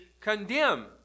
condemn